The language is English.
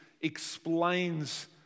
explains